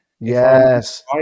Yes